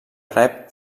rep